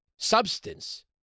Substance